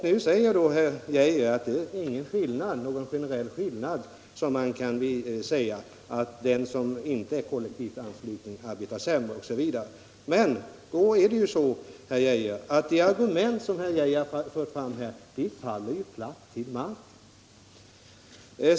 Men nu säger herr Geijer att det inte kan påvisas någon generell skillnad mellan kollektivanslutna fackföreningar och andra. Man kan inte säga att den fackförening som inte är kollektivt ansluten till socialdemokratiska partiet arbetar sämre. Det argument som herr Geijer förde fram faller ju därmed platt till marken.